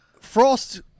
Frost